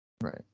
Right